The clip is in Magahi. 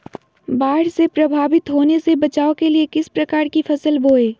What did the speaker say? बाढ़ से प्रभावित होने से बचाव के लिए किस प्रकार की फसल बोए?